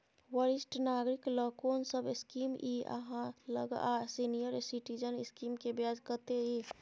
वरिष्ठ नागरिक ल कोन सब स्कीम इ आहाँ लग आ सीनियर सिटीजन स्कीम के ब्याज कत्ते इ?